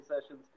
Sessions